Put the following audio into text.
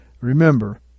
Remember